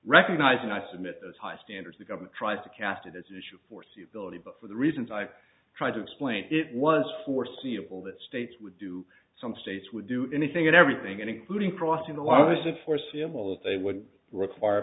recognising i submit as high standards the government tries to cast it as an issue foreseeability but for the reasons i've tried to explain it was foreseeable that states would do some states would do anything and everything including crossing the wires and foreseeable if they would require